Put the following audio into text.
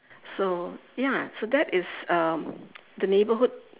so ya so that is uh the neighborhood